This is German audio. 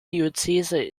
diözese